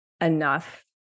enough